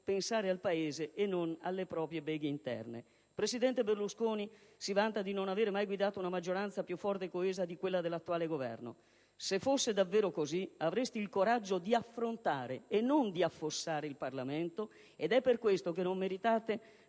generali e non alle proprie beghe interne. Il presidente Berlusconi si vanta di non avere mai guidato una maggioranza più forte e coesa di quella che sostiene l'attuale Governo. Se fosse davvero così, avreste il coraggio di affrontare e non di affossare il Parlamento. È per questo che non meritate